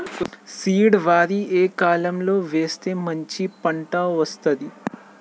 Seed వరి ఏ కాలం లో వేస్తే మంచి పంట వస్తది?